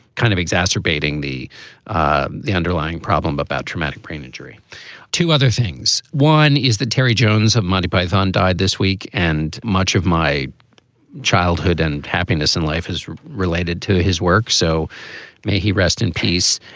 kind of exacerbating the ah the underlying problem about traumatic brain injury to other things. one is the terry jones of monty python died this week. and much of my childhood and happiness in life is related to his work so may he rest in peace.